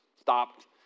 stopped